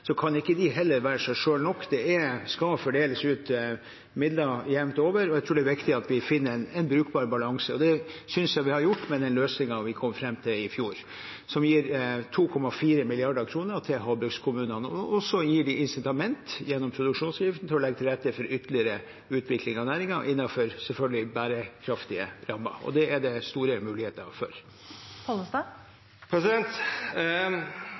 ikke de kan være seg selv nok. Det skal fordeles ut midler jevnt over, og jeg tror det er viktig at vi finner en brukbar balanse. Det synes jeg vi har gjort med den løsningen vi kom fram til i fjor, som gir 2,4 mrd. kr til havbrukskommunene. Så gis det insitament, gjennom produksjonsavgiften, til å legge til rette for ytterligere utvikling av næringen, selvfølgelig innenfor bærekraftige rammer. Det er det store muligheter for.